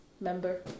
member